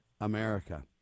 America